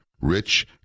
Rich